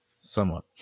Somewhat